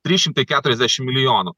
trys šimtai keturiasdešim milijonų